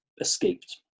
escaped